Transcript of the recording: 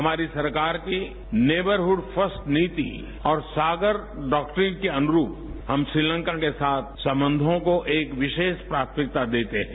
हमारी सरकार की नेबरहुड फर्स्ट नीति और सागर डॉक्ट्रिन के अनुरूप हम श्रीलंका के साथ सबंधों को एक विशेष प्राथमिकता देते हैं